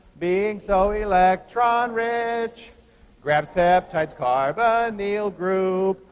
being so electron-rich, grabs peptide's carbonyl group,